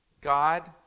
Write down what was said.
God